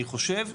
אני חושב,